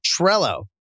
Trello